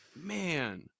man